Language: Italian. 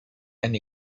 anni